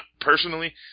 Personally